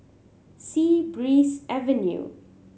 Sea Breeze Avenue